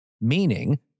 Meaning